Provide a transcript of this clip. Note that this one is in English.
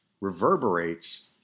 reverberates